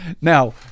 Now